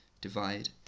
divide